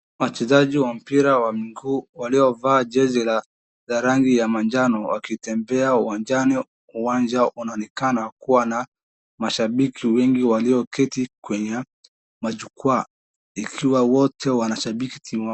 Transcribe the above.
Wachezaji wa mpira wa miguu waliovaa jezi la rangi ya manjano, wakitembea uwanjani. Uwanja unaonekana kuwa na mashabiki wengi walioketi kwenye majukwaa, ikiwa wote wanashabiki timu.